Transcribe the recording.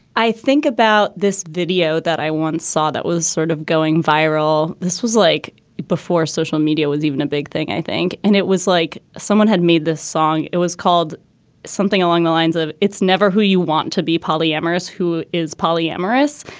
i think about this video that i once saw that was sort of going viral. this was like before social media was even a big thing, i think. and it was like someone had made this song. it was called something along the lines of it's never who you want to be polyamorous, who is polyamorous.